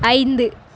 ஐந்து